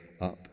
up